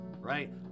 right